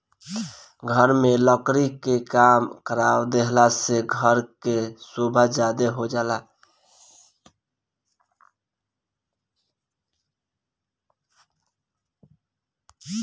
घर में लकड़ी के काम करवा देहला से घर के सोभा ज्यादे हो जाला